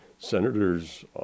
Senators